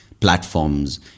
platforms